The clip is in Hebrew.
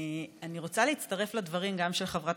אני רוצה להצטרף לדברים גם של חברת